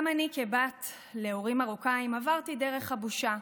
גם אני, כבת להורים מרוקאים, עברתי דרך הבושה.